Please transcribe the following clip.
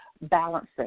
balancing